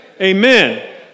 Amen